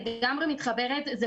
אני לגמרי מתחברת לזה,